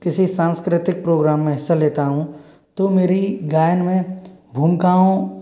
किसी सांस्कृतिक प्रोग्राम में हिस्सा लेता हूँ तो मेरी गायन में भूमिकाओं